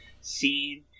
seen